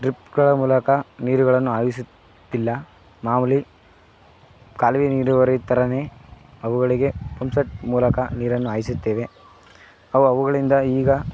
ಡ್ರಿಪ್ಗಳ ಮುಲಕ ನೀರುಗಳನ್ನು ಹಾಯಿಸುತ್ತಿಲ್ಲ ಮಾಮುಲಿ ಕಾಲುವೆ ನೀರಾವರಿ ಥರನೇ ಅವುಗಳಿಗೆ ಪಂಪ್ ಸೆಟ್ ಮೂಲಕ ನೀರನ್ನು ಹಾಯಿಸುತ್ತೇವೆ ಅವು ಅವುಗಳಿಂದ ಈಗ